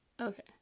Okay